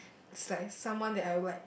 is like someone that I will like